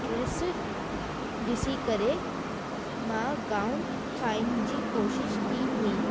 dress ॾिसी करे मां गाउन ठाहिण जी कोशिश कई हुई